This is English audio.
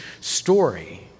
story